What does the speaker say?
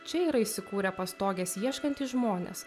čia yra įsikūrę pastogės ieškantys žmonės